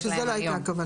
שזו לא הייתה הכוונה.